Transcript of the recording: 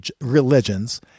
religions